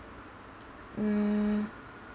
mm